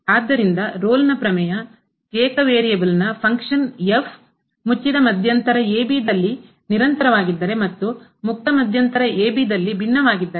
ಆದ್ದರಿಂದ ರೋಲ್ನ ಪ್ರಮೇಯ ಏಕ ವೇರಿಯೇಬಲ್ನ ಫಂಕ್ಷನ್ f ಮುಚ್ಚಿದ ಮಧ್ಯಂತರ ದಲ್ಲಿ ನಿರಂತರವಾಗಿದ್ದರೆ ಮತ್ತು ಮುಕ್ತ ಮಧ್ಯಂತರ ದಲ್ಲಿ ಭಿನ್ನವಾಗಿದ್ದರೆ